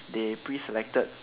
if they preselected